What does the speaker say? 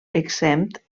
exempt